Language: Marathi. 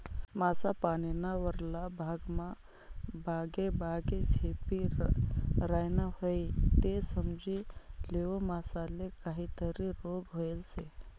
मासा पानीना वरला भागमा बागेबागे झेपी रायना व्हयी ते समजी लेवो मासाले काहीतरी रोग व्हयेल शे